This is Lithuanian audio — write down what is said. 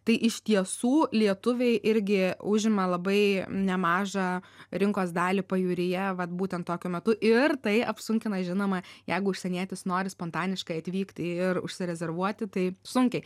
tai iš tiesų lietuviai irgi užima labai nemažą rinkos dalį pajūryje vat būtent tokiu metu ir tai apsunkina žinoma jeigu užsienietis nori spontaniškai atvykt ir užsirezervuoti tai sunkiai